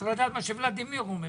צריך לדעת מה שוולדימיר שואל.